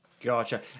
Gotcha